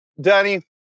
Danny